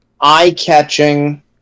eye-catching